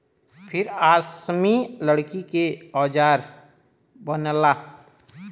फिर आसमी लकड़ी के औजार बनला